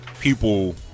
people